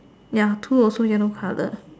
ya two also yellow colour